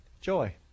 Joy